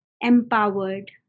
empowered